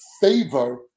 favor